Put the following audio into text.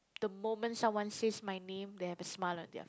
the moment someone says my name they have a smile on their